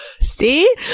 See